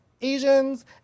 Asians